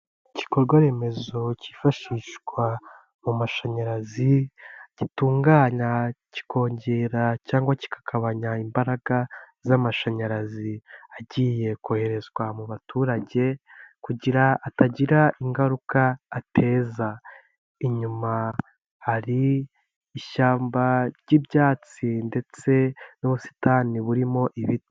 Igikorwa remezo cyifashishwa mu mashanyarazi, gitunganya, kikongera cyangwa kikagabanya imbaraga z'amashanyarazi agiye koherezwa mu baturage kugira atagira ingaruka ateza, inyuma hari ishyamba ry'ibyatsi ndetse n'ubusitani burimo ibiti.